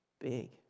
Big